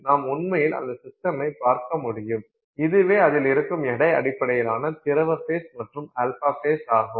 நாம் உண்மையில் அந்த சிஸ்டமைப் பார்க்க முடியும் இதுவே அதில் இருக்கும் எடை அடிப்படையிலான திரவ ஃபேஸ் மற்றும் α ஃபேஸாகும்